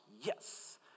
yes